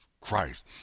Christ